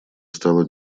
стала